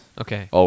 Okay